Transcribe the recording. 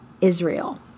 Israel